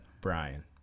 Brian